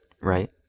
right